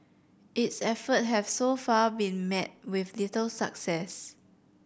its effort have so far been met with little success